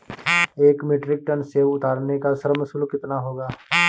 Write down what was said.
एक metric tonne सेव उतारने का श्रम शुल्क कितना होगा?